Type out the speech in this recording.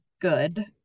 good